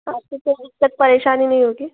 आपको कोई दिक्कत परेशानी नहीं होगी